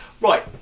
Right